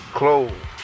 clothes